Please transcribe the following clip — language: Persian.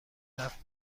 رفت